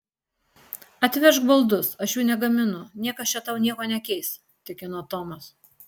atvežk baldus aš jų negaminu niekas čia tau nieko nekeis tikino tomas